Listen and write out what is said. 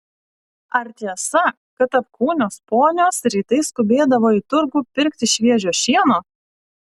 ar tiesa kad apkūnios ponios rytais skubėdavo į turgų pirkti šviežio šieno